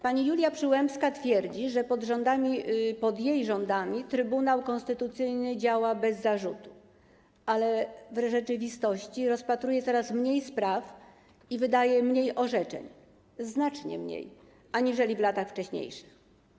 Pani Julia Przyłębska twierdzi, że pod jej rządami Trybunał Konstytucyjny działa bez zarzutu, ale w rzeczywistości rozpatruje coraz mniej spraw i wydaje mniej orzeczeń, znacznie mniej, aniżeli w latach wcześniejszych.